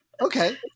okay